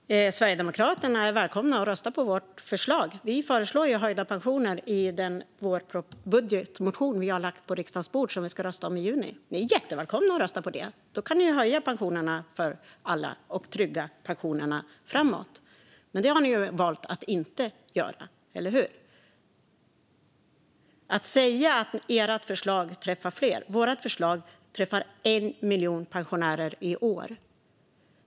Fru talman! Sverigedemokraterna är välkomna att rösta på vårt förslag. Vi föreslår ju höjda pensioner i den vårbudgetmotion som vi har lagt på riksdagens bord och som vi ska rösta om i juni. Ni är jättevälkomna att rösta på den! Då kan ni höja pensionerna för alla och trygga pensionerna framåt. Men det har ni valt att inte göra, eller hur? Julia Kronlid säger att deras förslag träffar fler. Vårt förslag träffar 1 miljon pensionärer i år.